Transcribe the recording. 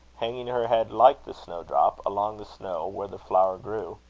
hanging her head like the snowdrop, along the snow where the flower grew.